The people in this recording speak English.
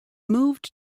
moved